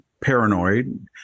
paranoid